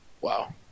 Wow